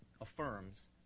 affirms